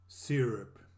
Syrup